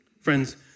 Friends